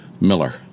Miller